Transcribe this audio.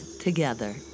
together